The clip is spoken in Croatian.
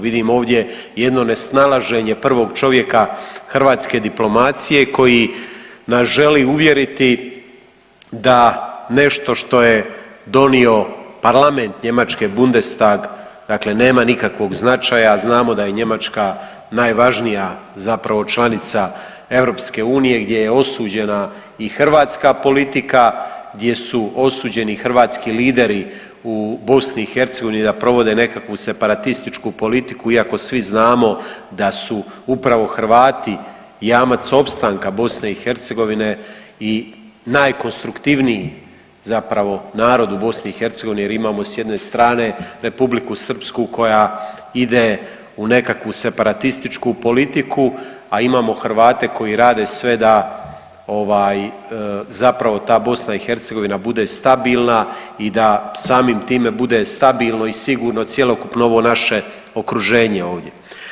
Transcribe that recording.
Vidim ovdje jedno nesnalaženje prvog čovjeka hrvatske diplomacije koji nas želi uvjeriti da nešto što je donio parlament Njemačke Bundestag, dakle nema nikakvog značaja, znamo da je Njemačka najvažnija zapravo članica EU gdje je osuđena i hrvatska politika, gdje su osuđeni hrvatski lideru u BiH da provode nekakvu separatističku politiku iako svi znamo da su upravo Hrvati jamac opstanka BiH i najkonstruktivniji zapravo narod u BiH jer imamo s jedne strane R. Srpsku koja ide u nekakvu separatističku politiku, a imamo Hrvate koji rade sve da ovaj zapravo ta BiH bude stabilna i da samim time bude stabilno i sigurno cjelokupno ovo naše okruženje ovdje.